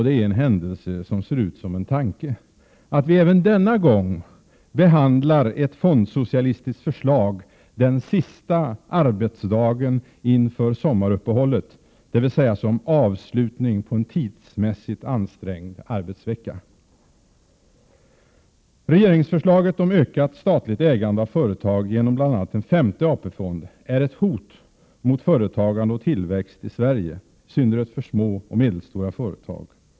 Det är en händelse som ser ut som en tanke att vi även denna gång behandlar ett fondsocialistiskt förslag den sista arbetsdagen inför sommaruppehållet, dvs. som avslutning på en tidsmässigt ansträngd arbetsvecka. Regeringsförslaget om ökat statligt ägande av företag genom bl.a. en femte AP-fond är ett hot mot företagande och tillväxt i Sverige i synnerhet för små och medelstora företag.